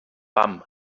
pam